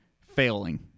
failing